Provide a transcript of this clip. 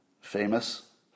famous